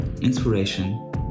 inspiration